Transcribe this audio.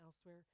elsewhere